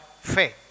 faith